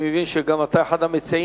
אני מבין שאתה גם אחד המציעים,